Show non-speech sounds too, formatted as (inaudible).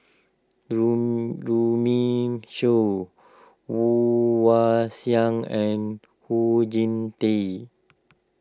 (noise) Runme Shaw Woon Wah Siang and Oon Jin Teik